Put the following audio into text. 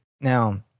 Now